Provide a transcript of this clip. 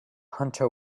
hunter